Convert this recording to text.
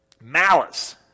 Malice